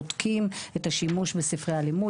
בודקים את השימוש בספרי הלימוד.